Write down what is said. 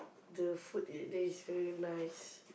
the food at there is very nice